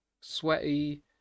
sweaty